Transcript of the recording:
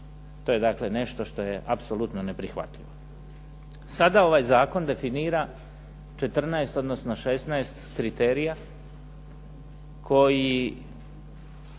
To je dakle nešto što je apsolutno neprihvatljivo. Sada ovaj zakon definira 14, odnosno 16 kriterija koji